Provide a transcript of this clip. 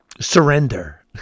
surrender